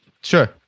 Sure